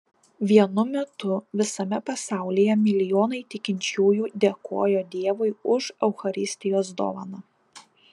vienu metu visame pasaulyje milijonai tikinčiųjų dėkojo dievui už eucharistijos dovaną